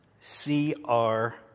C-R